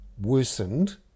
worsened